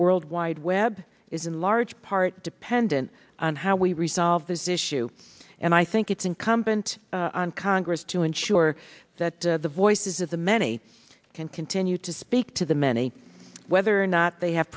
world wide web is in large part dependent on how we resolve this issue and i think it's incumbent on congress to ensure that the voices of the many can continue to speak to the many whether or not they have